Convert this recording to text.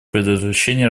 предотвращении